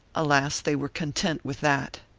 alas! they were content with that.